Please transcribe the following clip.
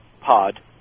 pod